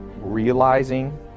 realizing